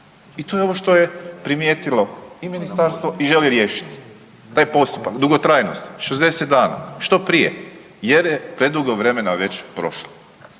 I to je ovo što je primijetilo i ministarstvo i želi riješiti taj postupak dugotrajnosti 60 dana, što prije jer je predugo vremena već prošlo.